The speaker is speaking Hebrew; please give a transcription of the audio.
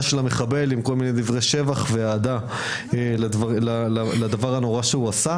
המחבל יחד עם דברי שבח ואהדה לדבר הנורא שביצע.